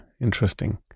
Interesting